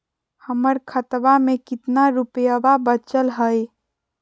हमर खतवा मे कितना रूपयवा बचल हई?